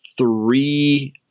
three